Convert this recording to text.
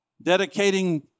Dedicating